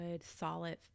solid